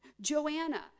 Joanna